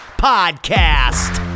podcast